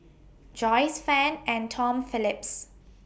Joyce fan and Tom Phillips